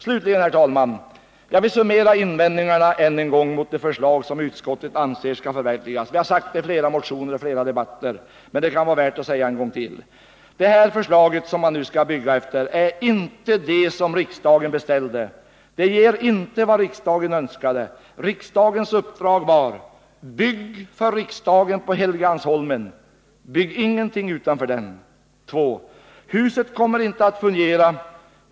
Slutligen, herr talman, vill jag summera invändningarna mot de förslag som utskottet anser skall förverkligas. Vi har nämnt dem i flera motioner och i flera debatter, men de kan vara värda att upprepas. Invändningarna är alltså: 1. Förslaget som man nu skall bygga efter motsvarar inte vad riksdagen beställt. Riksdagens uppdrag var att man skulle bygga för riksdagen på Helgeandsholmen. Ingenting skulle byggas utanför Helgeandsholmen. 2. Huset kommer inte att kunna fungera.